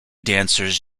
dancers